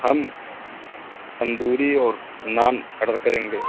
ہم تندوری اور نان آڈر کریں گے